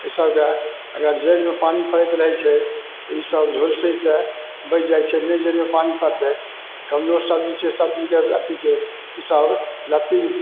एहिसबके अगर जड़िमे पानी पड़ैत रहै छै तऽ ईसब झुलसैसे बचि जाइ छै नहि जड़िमे पानी पड़तै तऽ कमजोर सब्जी छै सब्जीके अथी छै ईसब लत्ती